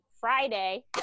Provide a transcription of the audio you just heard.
Friday